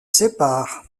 sépare